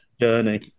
journey